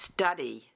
Study